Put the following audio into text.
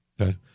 Okay